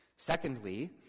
Secondly